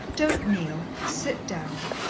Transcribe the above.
don't kneel, sit down.